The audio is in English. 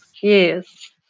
Yes